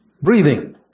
Breathing